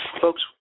Folks